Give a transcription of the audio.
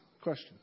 question